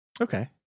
Okay